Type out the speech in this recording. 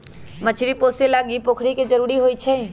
मछरी पोशे लागी पोखरि के जरूरी होइ छै